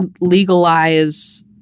legalize